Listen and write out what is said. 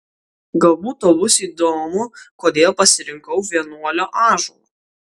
galbūt tau bus įdomu kodėl pasirinkau vienuolio ąžuolą